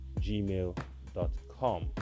gmail.com